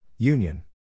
Union